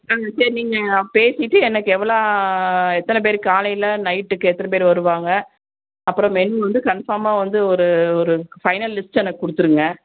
ஆ சரி நீங்கள் பேசிட்டு எனக்கு எவ்வளோ எத்தனை பேர் காலையில் நைட்டுக்கு எத்தனை பேர் வருவாங்க அப்புறோம் மெனு வந்து கன்ஃபாமாக வந்து ஒரு ஒரு ஃபைனல் லிஸ்ட் எனக்கு கொடுத்துருங்க